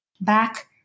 back